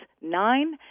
nine